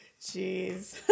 Jeez